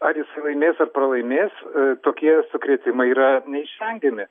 ar jis laimės ar pralaimės tokie sukrėtimai yra neišvengiami